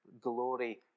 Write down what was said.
glory